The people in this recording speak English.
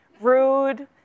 rude